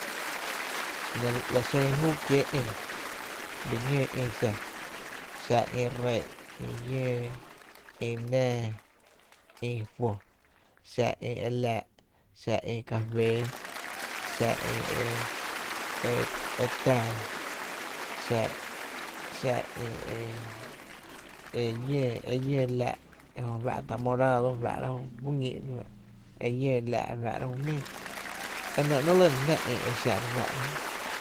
La la xen júu kiée’ ï bii ñóo ï xa, xa ï e ree’ e llöö, e nää, ï juo, xa ï e laa’, xa e cafee xa e e e tⱥⱥ, xa xa ï e e llöö laa’ e jö fá’ta morado, fáá’ra ñíí’ e llöö laa’ fá’ra´’ ju jmíi e nɇ ‘nɇɇ’ e lyna jná ï e xa re fáá’ra jönɇ.